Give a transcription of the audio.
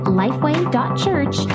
lifeway.church